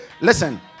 Listen